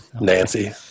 Nancy